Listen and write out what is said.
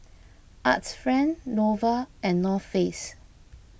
Arts Friend Nova and North Face